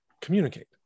communicate